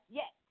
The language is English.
yes